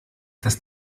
das